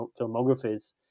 filmographies